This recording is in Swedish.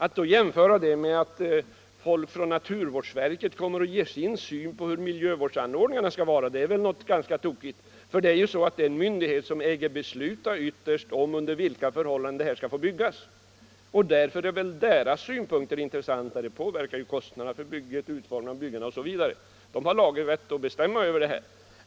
Och att jämföra med att folk från naturvårdsverket kommer och ger sin syn på miljövårdsanordningarna är ganska tokigt. Den myndigheten äger ju ytterst att besluta under vilka förhållanden anläggningarna skall få uppföras, och därför är dess synpunkter intressanta. Här handlar det ju om sådant som påverkar kostnaderna för bygget, osv. Naturvårdsverket har laglig rätt att bestämma därvidlag.